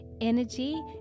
energy